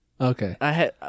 Okay